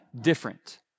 different